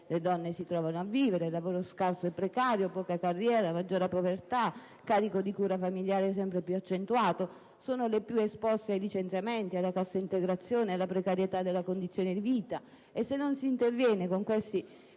le donne si trovano a vivere: lavoro scarso e precario, poca carriera, maggiore povertà, carico di cura familiare sempre più accentuato, maggiore esposizione ai licenziamenti, alla cassa integrazione, alla precarietà della condizione di vita. Se non si interviene con questi